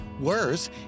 Worse